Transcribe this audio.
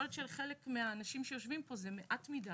יכול להיות שחלק מהאנשים שיושבים פה זה מעט מידי.